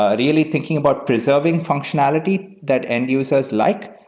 ah really thinking about preserving functionality that end-users like,